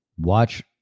Watch